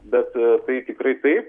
bet tai tikrai taip